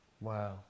Wow